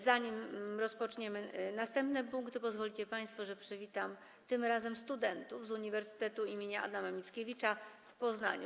Zanim rozpoczniemy następny punkt, pozwolicie państwo, że przywitam tym razem studentów z Uniwersytetu im. Adama Mickiewicza w Poznaniu.